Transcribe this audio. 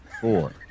four